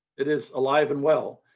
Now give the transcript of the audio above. it is alive and well.